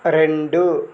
రెండు